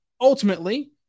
ultimately